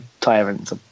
Tyrants